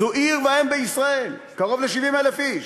זו עיר ואם בישראל, קרוב ל-70,000 איש.